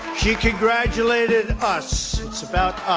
she congratulated us it's about